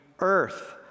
earth